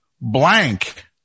blank